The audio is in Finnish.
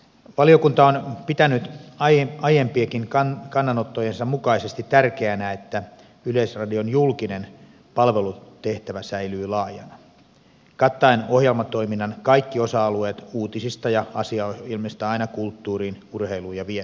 valiokunta on pitänyt aiempienkin kannanottojensa mukaisesti tärkeänä että yleisradion julkinen palvelutehtävä säilyy laajana kattaen ohjelmatoiminnan kaikki osa alueet uutisista ja asiaohjelmista aina kulttuuriin urheiluun ja viihteeseen